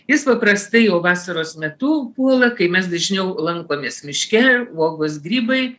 jis paprastai jau vasaros metu puola kai mes dažniau lankomės miške uogos grybai